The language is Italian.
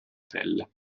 pelle